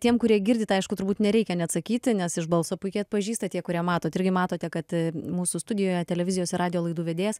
tiem kurie girdite aišku turbūt nereikia neatsakyti nes iš balso puikiai atpažįsta tie kurie mato taigi matote kad mūsų studijoje televizijos radijo laidų vedėjas